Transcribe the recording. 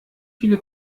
viele